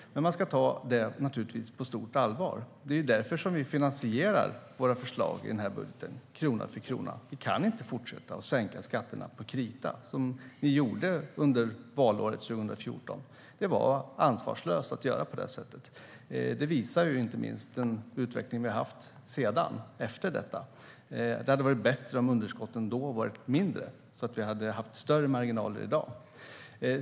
Men man ska naturligtvis ta detta på stort allvar. Det är därför vi finansierar våra förslag i den här budgeten krona för krona. Vi kan inte fortsätta att sänka skatterna på krita, som ni gjorde under valåret 2014. Det var ansvarslöst att göra på det sättet. Det visar inte minst den utveckling vi haft efter detta. Det hade varit bättre om underskotten då varit mindre, så att vi haft större marginaler i dag.